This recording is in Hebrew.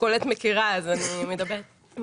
וקולט מכירה את זה.